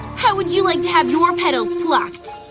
how would you like to have your petals plucked?